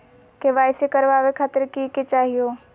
KYC करवावे खातीर कि कि चाहियो?